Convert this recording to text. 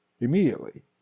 Immediately